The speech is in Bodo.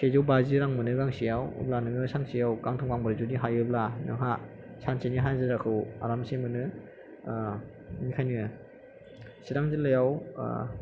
सेजौ बाजि रां मोनो गांसेयाव अब्ला नोङो सानसेयाव गांथाम गांब्रै जुदि हायोब्ला नोंहा सानसेनि हाजिराखौ आरामसे मोनो बेनिखायनो सिरां जिल्लायाव